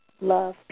love